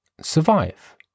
survive